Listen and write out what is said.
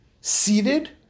seated